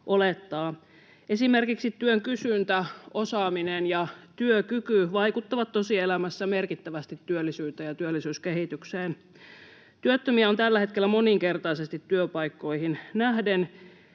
Esimerkiksi työn kysyntä, osaaminen ja työkyky vaikuttavat tosielämässä merkittävästi työllisyyteen ja työllisyyskehitykseen. Työttömiä on tällä hetkellä moninkertaisesti työpaikkoihin nähden,